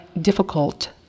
difficult